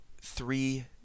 three